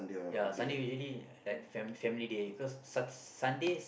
ya Sunday usually like fam~ family day cause sun~ Sundays Sundays